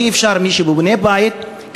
אי-אפשר שמי שבונה בית ישלם,